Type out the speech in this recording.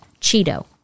Cheeto